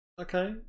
Okay